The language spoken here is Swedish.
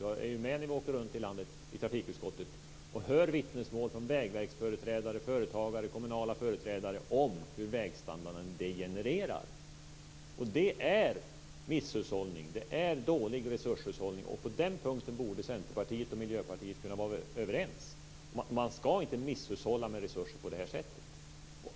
Han var ju med när vi i trafikutskottet åkte runt i landet och hörde vittnesmål från vägverksföreträdare, företagare och kommunala företrädare om hur vägstandarden degenererar. Det är misshushållning. Det är dålig resurshushållning. På den punkten borde Centerpartiet och Miljöpartiet kunna vara överens. Man ska inte misshushålla med resurser på det här sättet.